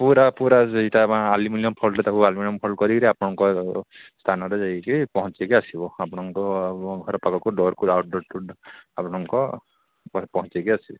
ପୁରା ପୁରା ସେଇଟା ମାଆ ଆଲୁମିନିୟମ୍ ଫଏଲ୍ ତାକୁ ଆଲୁମିନିୟମ୍ ଫଏଲ୍ କରି ଆପଣଙ୍କର ସ୍ଥାନରେ ଯାଇ କି ପହଞ୍ଚେଇକି ଆସିବ ଆପଣଙ୍କ ଘର ପାଖକୁ ଡୋର୍କୁ ଆଉଟ୍ ଡୋର୍ ଆପଣଙ୍କ ପାଖରେ ପହଞ୍ଚେଇକି ଆସିବ